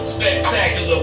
Spectacular